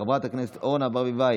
חבר הכנסת השר שלמה קרעי,